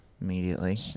Immediately